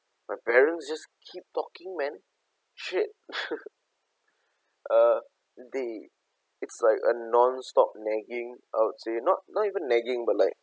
my parents just keep talking man shit uh they it's like a nonstop nagging I'd say not not even nagging but like